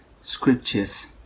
scriptures